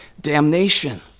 damnation